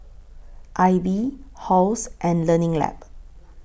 AIBI Halls and Learning Lab